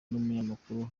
n’umunyamakuru